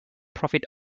profit